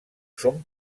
són